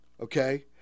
okay